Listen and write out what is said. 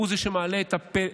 הוא זה שמעלה את המפסק,